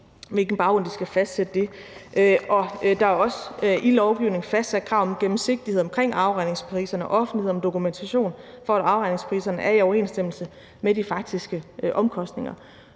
på hvilken baggrund de skal fastsætte det, og der er også i lovgivningen fastsat krav om gennemsigtighed omkring afregningspriserne og offentlighed om dokumentation for, at afregningspriserne er i overensstemmelse med de faktiske omkostninger.